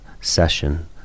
session